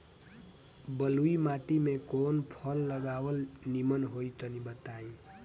बलुई माटी में कउन फल लगावल निमन होई तनि बताई?